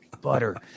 butter